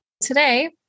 Today